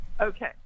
Okay